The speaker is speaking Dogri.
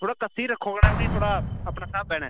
थोह्ड़ा कस्सी री रक्खो कन्नै उ'नें ई थोह्ड़ा अपने स्हाबै नै